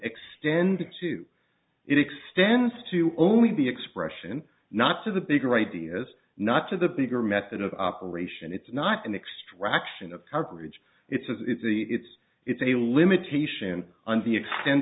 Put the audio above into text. extended to it extends to only the expression not to the bigger ideas not to the bigger method of operation it's not an extraction of coverage it's the it's it's a limitation on the extent